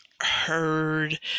heard